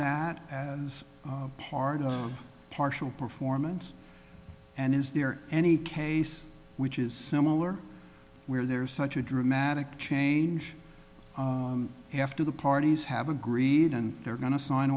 that as part of partial performance and is there any case which is similar where there's such a dramatic change after the parties have agreed and they're going to sign